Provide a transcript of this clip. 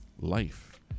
life